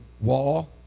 wall